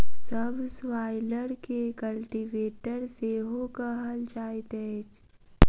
सब स्वाइलर के कल्टीवेटर सेहो कहल जाइत अछि